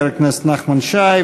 חבר הכנסת נחמן שי,